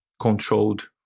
controlled